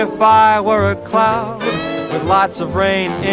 ah fire where a cloud with lots of rain and